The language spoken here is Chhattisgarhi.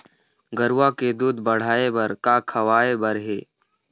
गरवा के दूध बढ़ाये बर का खवाए बर हे?